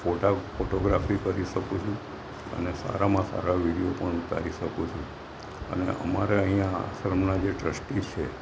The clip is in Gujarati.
ફોટા ફોટોગ્રાફી કરી શકું છું અને સારામાં સારા વિડીયો પણ ઉતારી શકું છું અને અમારે અહીંયાં આશ્રમના જે ટ્રસ્ટી છે